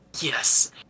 yes